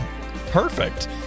perfect